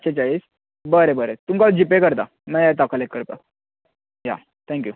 एकशें चाळीस बरे तुमकां हांव जी पे करतां मागीर येता हांव कलेक्ट करपाक या थॅक्यू